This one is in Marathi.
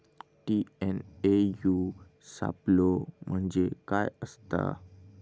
टी.एन.ए.यू सापलो म्हणजे काय असतां?